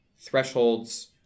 thresholds